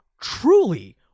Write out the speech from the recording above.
truly